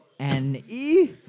N-E